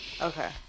Okay